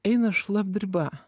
eina šlapdriba